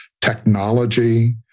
technology